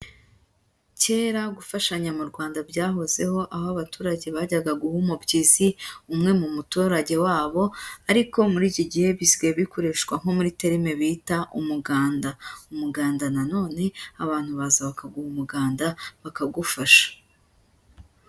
Kera gufashanya mu Rwanda byahozeho, aho abaturage bajyaga guha umubyizi umwe mu muturage wabo, ariko muri iki gihe bisigaye bikoreshwa nko muri terime bita umuganda. Umuganda na none abantu baza bakaguha umuganda bakagufasha.